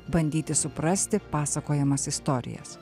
bandyti suprasti pasakojamas istorijas